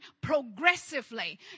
progressively